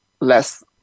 less